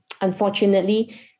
unfortunately